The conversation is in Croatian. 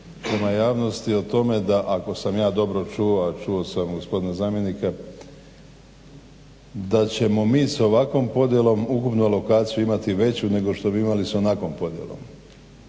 prema javnosti o tome da ako sam ja dobro čuo, a čuo sam gospodina zamjenika da ćemo mi s ovakvom podjelom ukupno lokaciju imati veću nego što bi imali s onakvom podjelom.